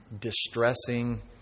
distressing